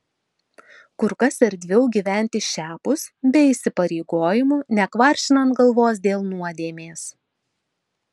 kur kas erdviau gyventi šiapus be įsipareigojimų nekvaršinant galvos dėl nuodėmės